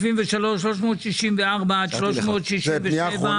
9003-364 עד 367?